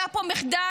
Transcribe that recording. היה פה מחדל,